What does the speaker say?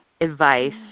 advice